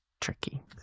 tricky